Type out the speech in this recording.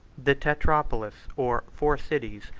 the tetrapolis, or four cities,